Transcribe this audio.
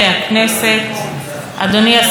חבריי וחברותיי חברי הכנסת,